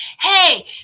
Hey